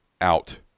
out